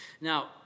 Now